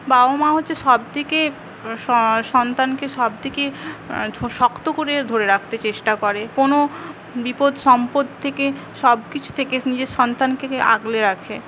বাবা মা হচ্ছে সবথেকে সস সন্তানকে সবথেকে শক্ত করে ধরে রাখতে চেষ্টা করে কোন বিপদ সম্পদ থেকে সবকিছু থেকে নিজের সন্তানকে আগলে রাখে